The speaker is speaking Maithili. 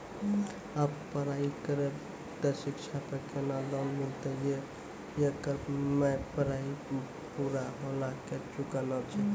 आप पराई करेव ते शिक्षा पे केना लोन मिलते येकर मे पराई पुरा होला के चुकाना छै?